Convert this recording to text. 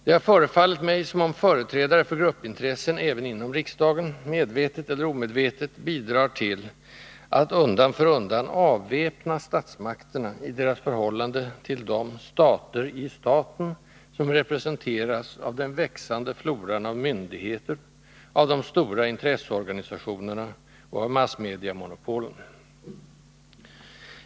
Det har förefallit mig som om företrädare för gruppintressen även inom riksdagen — medvetet eller omedvetet — bidrar till att undan för undan avväpna statsmakterna i deras förhållande till de ”stater i staten” som representeras av den växande floran av myndigheter, av de stora intresseorganisationerna och av massmediamonopolen.